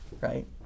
right